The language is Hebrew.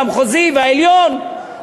המחוזי והעליון,